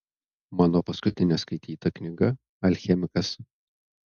mano paskutinė skaityta knyga alchemikas